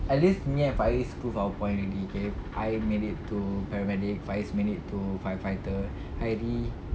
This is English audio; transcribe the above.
at least me and faiz proved our point already okay I made it to paramedic faiz made it to firefighter hairi